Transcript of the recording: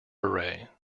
beret